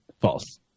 False